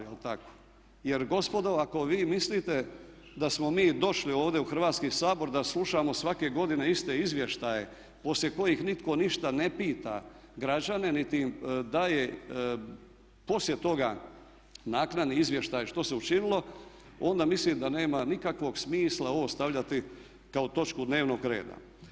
Jer gospodo ako vi mislite da smo mi došli ovdje u Hrvatski sabor da slušamo svake godine iste izvještaje poslije kojih nitko ništa ne pita građane, niti im daje poslije toga naknadni izvještaj što se učinilo onda mislim da nema nikakvog smisla ovo stavljati kao točku dnevnog reda.